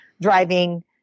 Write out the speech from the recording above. driving